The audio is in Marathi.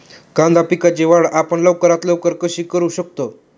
कांदा पिकाची वाढ आपण लवकरात लवकर कशी करू शकतो?